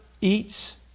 eats